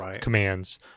commands